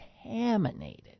contaminated